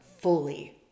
fully